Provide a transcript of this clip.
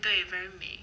hmm 对 very 美